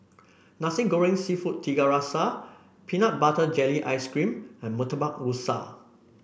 Nasi Goreng seafood Tiga Rasa Peanut Butter Jelly Ice cream and Murtabak Rusa